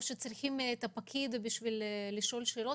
או שצריך את הפקיד לשם שאלות?